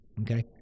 Okay